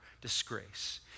disgrace